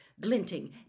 glinting